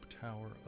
tower